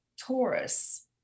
Taurus